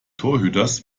torhüters